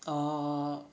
uh